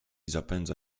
zapędza